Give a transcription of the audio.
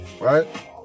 Right